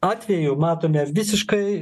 atveju matome visiškai